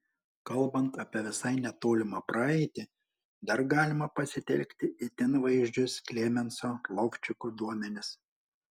kalbant apie visai netolimą praeitį dar galima pasitelkti itin vaizdžius klemenso lovčiko duomenis